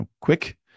quick